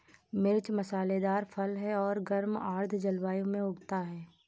मिर्च मसालेदार फल है और गर्म आर्द्र जलवायु में उगता है